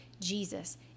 jesus